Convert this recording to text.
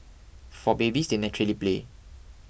for babies they naturally play